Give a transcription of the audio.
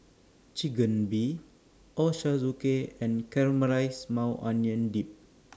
Ochazuke and Caramelized Maui Onion Dip